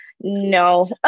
No